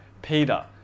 Peter